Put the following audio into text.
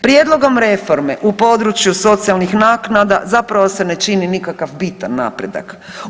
Prijedlogom reforme u području socijalnih naknada zapravo se ne čini nikakav bitan napredak.